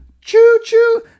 Choo-choo